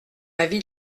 avis